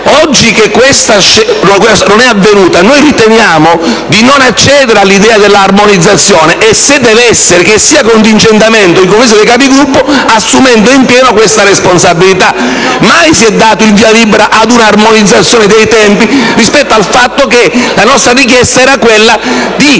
Oggi che ciò non è avvenuto, riteniamo di non accedere all'idea di armonizzazione; ma se deve esserci, che sia contingentamento in Conferenza dei Capigruppo, assumendo in pieno questa responsabilità. Mai si è dato il via libera ad un'armonizzazione dei tempi rispetto al fatto che la nostra richiesta era quello di